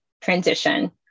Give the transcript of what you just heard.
transition